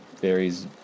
varies